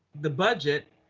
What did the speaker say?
the budget.